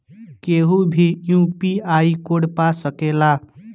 केहू भी UPI code पा सकेला?